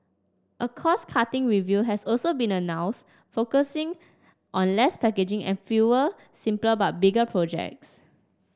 a cost cutting review has also been announced focusing on less packaging and fewer simpler but bigger projects